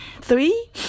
three